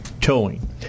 Towing